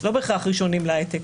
לא בהכרח להייטק ראשונים.